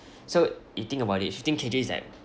so you think about it fifteen K_G is like